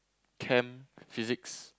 Chem Physics